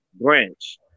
branch